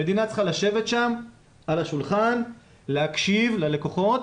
המדינה צריכה לשבת שם על השולחן, להקשיב ללקוחות